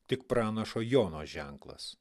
tik pranašo jono ženklas